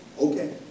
Okay